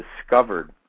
discovered